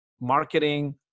marketing